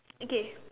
okay